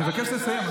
אני אבקש לסיים.